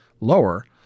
lower –